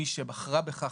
מי שבחרה בכך,